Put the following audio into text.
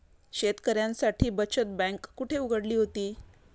शेतकऱ्यांसाठी बचत बँक कुठे उघडली होती?